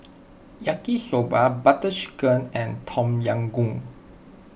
Yaki Soba Butter Chicken and Tom Yam Goong